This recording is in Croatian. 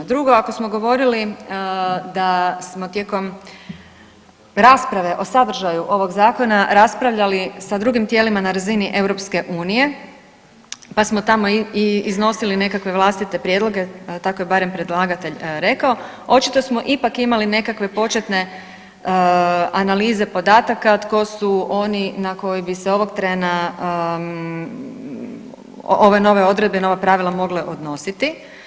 Drugo ako smo govorili da smo tijekom rasprave o sadržaju ovog zakona raspravljali sa drugim tijelima na razini EU, pa smo tamo iznosili nekakve vlastite prijedloge, tako je barem predlagatelj rekao očito smo imali nekakve početne analize podataka tko su oni na koje bi se ovog trena ove nove odredbe, nova pravila mogle odnositi.